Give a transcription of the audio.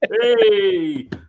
hey